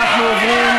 הכבוד,